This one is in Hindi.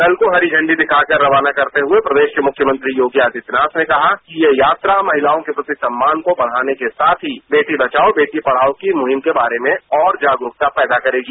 दल को हरी झंडी दिखाकर रवाना करते हुए प्रदेश के मुख्यमंत्री योगी आदित्यनाथ ने कहा कि ये यात्रा महिलाओं के प्रति सम्मान को बढ़ाने के साथ ही बेटी बचाओ बेटी पढ़ाओ की मुहिम के बारे में और जागरुकता पैदा करेगी